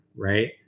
right